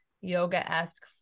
yoga-esque